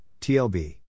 TLB